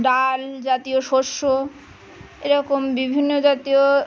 ডাল জাতীয় শস্য এরকম বিভিন্ন জাতীয়